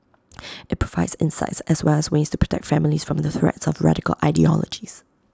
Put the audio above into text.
IT provides insights as well as ways to protect families from the threats of radical ideologies